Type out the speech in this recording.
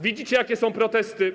Widzicie, jakie są protesty.